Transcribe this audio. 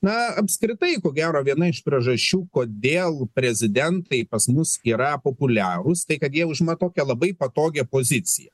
na apskritai ko gero viena iš priežasčių kodėl prezidentai pas mus yra populiarūs tai kad jie užima tokią labai patogią poziciją